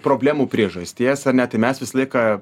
problemų priežasties ar ne tai mes visą laiką